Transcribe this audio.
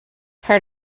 her